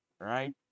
right